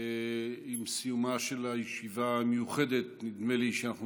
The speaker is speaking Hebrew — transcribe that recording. עם סיומה של הישיבה המיוחדת נדמה לי שאנחנו